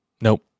Nope